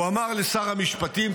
הוא אמר לשר המשפטים,